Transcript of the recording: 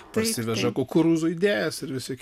parsiveža kukurūzų idėjas ir visi kiti